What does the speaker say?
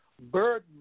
burden